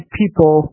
people